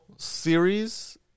Series